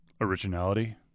Originality